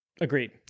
Agreed